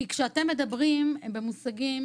כשאתם מדברים במושגים